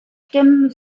stimmen